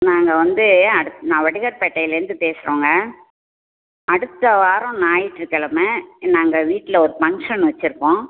நாங்கள் வந்து அடுத் நா வடுகர்பேட்டையிலிர்ந்து பேசுகிறோங்க அடுத்த வாரம் ஞாயிற்றுக்கெழமை நாங்கள் வீட்டில் ஒரு ஃபங்க்ஷன் வச்சுருக்கோம்